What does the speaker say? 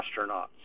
astronauts